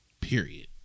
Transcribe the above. Period